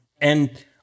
And-